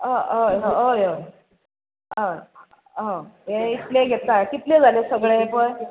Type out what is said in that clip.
अ हय अय अय हय ह हें इतलें घेता कितलें जालें सगळें हें पळय